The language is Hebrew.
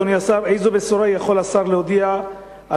אדוני השר: איזו בשורה יכול השר להודיע על